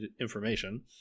information